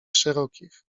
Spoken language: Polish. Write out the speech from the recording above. szerokich